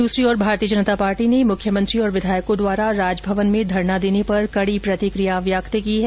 दूसरी ओर भारतीय जनता पार्टी ने मुख्यमंत्री और विधायकों द्वारा राजभवन में धरना देने पर कड़ी प्रतिक्रिया व्यक्त की है